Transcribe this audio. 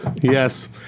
Yes